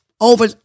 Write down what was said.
over